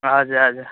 हजुर हजुर